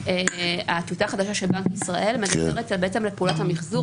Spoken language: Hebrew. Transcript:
הטיוטה החדשה של בנק ישראל מדברת על פעולת המחזור.